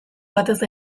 batez